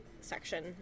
section